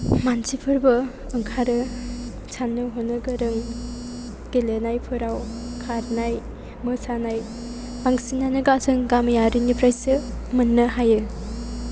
मानसिफोरबो ओंखारो साननो हनो गोरों गेलेनायफोराव खारनाय मोसानाय बांसिनानो जों गामियारिनिफ्रायसो मोननो हायो